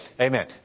Amen